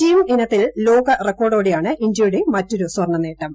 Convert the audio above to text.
team ഇനത്തിൽ ലോക റെക്കോർഡോടെയാണ് ഇന്ത്യയുടെ മറ്റൊരു സ്വർണ്ണനേട്ടം